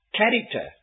character